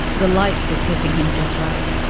the light was hitting him just right.